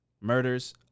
murders